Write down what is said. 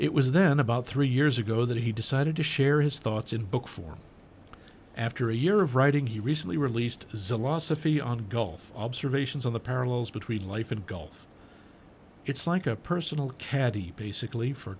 it was then about three years ago that he decided to share his thoughts in book form after a year of writing he recently released zelazny fi on gulf observations on the parallels between life and golf it's like a personal caddy basically for